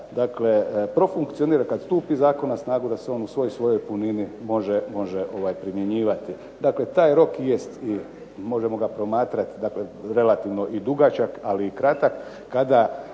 dakle profunkcionira, kad stupi zakon na snagu da se on u svoj svojoj punini može primjenjivati. Dakle taj rok jest i možemo ga promatrati dakle relativno i dugačak, ali i kratak,